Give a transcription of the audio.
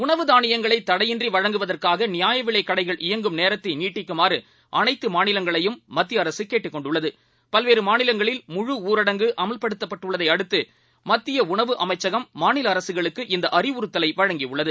உணவுதானியங்களைதடையின்றிவழங்குவதற்காகநியாயவிலைக்கடைகள்இயங் கும்நோத்தைநீட்டிக்குமாறுஅனைத்துமாநிலங்களையும்மத்தியஅரசுகேட்டுக்கொண்டுள்ள க் பல்வேறுமாநிலங்களில்முழுஊரங்குஅமல்படுத்தப்பட்டுள்ளதைஅடுத்துமத்தியஉண வுஅமைச்சகம்மாநிலஅரசுகளுக்குஇந்தஅறிவுறுத்தலைவழங்கியுள்ளது